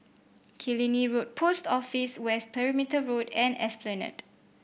Killiney Road Post Office West Perimeter Road and Esplanade